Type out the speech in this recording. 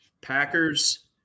Packers